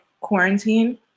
quarantine